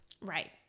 Right